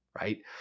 right